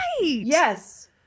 Yes